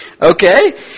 Okay